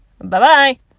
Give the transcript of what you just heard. Bye-bye